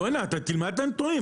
בואנה אתה תלמד שהם טועים.